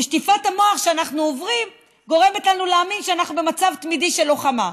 ושטיפת המוח שאנו עוברים גורמת לנו להאמין שאנחנו במצב תמידי של לוחמה".